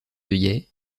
œillets